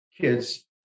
kids